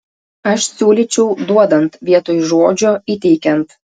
aš siūlyčiau duodant vietoj žodžio įteikiant